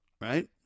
Right